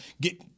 get